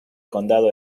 condado